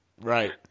Right